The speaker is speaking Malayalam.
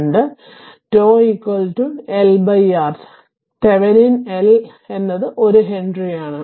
τ L R Thevenin L എന്നത് 1 ഹെൻറിയാണ്